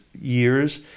years